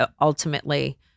ultimately